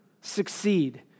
succeed